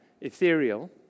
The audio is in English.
ethereal